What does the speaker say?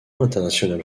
international